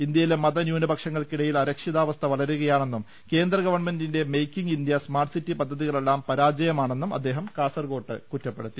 ഇന്ത്യയിലെ മതന്യൂനപക്ഷ ങ്ങൾക്കിടയിൽ അരക്ഷിതാവസ്ഥ വളരുകയാണെന്നും കേന്ദ്ര ഗവൺമെന്റിന്റെ making India smart city പദ്ധതികളെല്ലാം പരാജയമാണെന്നും അദ്ദേഹം കാസർകോട്ട് കുറ്റപ്പെടുത്തി